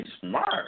smart